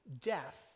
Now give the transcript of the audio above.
death